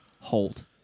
hold